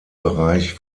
bereich